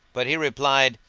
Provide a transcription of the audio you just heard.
but he replied,